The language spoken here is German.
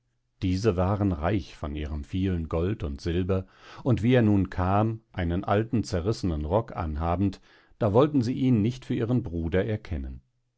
diese waren reich von ihrem vielen gold und silber und wie er nun kam einen alten zerrissenen rock anhabend da wollten sie ihn nicht für ihren bruder erkennen